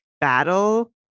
battle